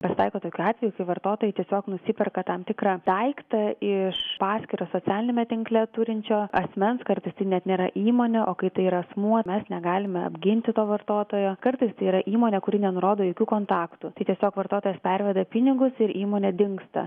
pasitaiko tokių atvejų kai vartotojai tiesiog nusiperka tam tikrą daiktą iš paskyrą socialiniame tinkle turinčio asmens kartais tai net nėra įmonė o kai tai yra asmuo mes negalime apginti to vartotojo kartais tai yra įmonė kuri nenurodo jokių kontaktų tai tiesiog vartotojas perveda pinigus ir įmonė dingsta